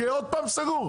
שיהיה עוד פעם סגור?